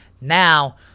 Now